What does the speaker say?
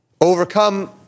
overcome